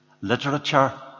literature